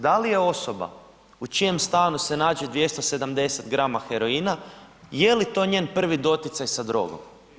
Da li je osoba u čijem stanu se nađe 270 grama heroina je li to njen prvi doticaj sa drogom?